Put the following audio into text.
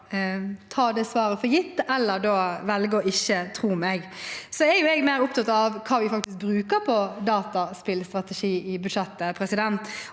det svaret for gitt, eller velge å ikke tro meg. Jeg er mer opptatt av hva vi faktisk bruker på dataspillstrategi i budsjettet.